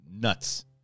Nuts